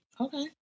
Okay